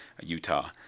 Utah